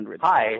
Hi